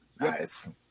Nice